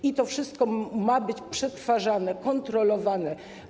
I to wszystko ma być przetwarzane, kontrolowane.